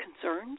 concerns